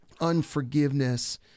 unforgiveness